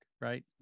Right